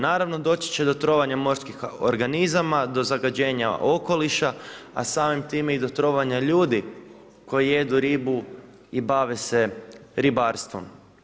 Naravno, doći će do trovanja morskih organizama, do zagađenja okoliša a samim time i do trovanja ljudi koji jedu ribu i bave se ribarstvom.